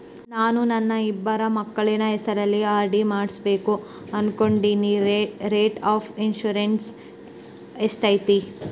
ನಾನು ನನ್ನ ಇಬ್ಬರು ಮಕ್ಕಳ ಹೆಸರಲ್ಲಿ ಆರ್.ಡಿ ಮಾಡಿಸಬೇಕು ಅನುಕೊಂಡಿನಿ ರೇಟ್ ಆಫ್ ಇಂಟರೆಸ್ಟ್ ಎಷ್ಟೈತಿ?